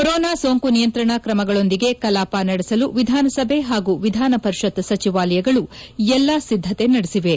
corona ಸೋಂಕು ನಿಯಂತ್ರಣ ಕ್ರಮಗಳೊಂದಿಗೆ ಕಲಾಪ ನಡೆಸಲು ವಿಧಾನಸಭೆ ಹಾಗೂ ವಿಧಾನಪರಿಷತ್ ಸಚಿವಾಲಯಗಳು ಎಲ್ಲಾ ಸಿದ್ದತೆ ನಡೆಸಿವೆ